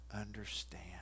understand